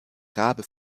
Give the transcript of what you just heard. rabe